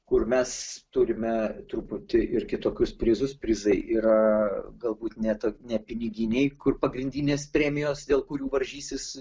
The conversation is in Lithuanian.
kur mes turime truputį ir kitokius prizus prizai yra galbūt net ne piniginiai kur pagrindinės premijos dėl kurių varžysis